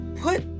put